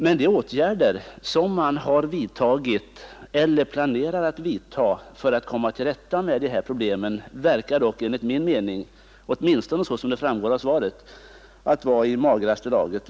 Men de åtgärder som man har vidtagit eller planerar att vidta för att komma till rätta med de här problemen verkar enligt min mening — åtminstone såsom det framgår av svaret — vara i magraste laget.